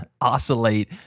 oscillate